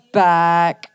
back